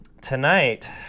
Tonight